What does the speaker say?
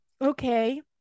okay